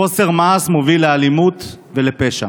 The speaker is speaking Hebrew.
חוסר מעש מוביל לאלימות ולפשע.